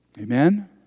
Amen